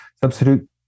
substitute